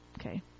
okay